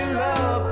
love